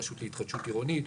הרשות להתחדשות עירונית,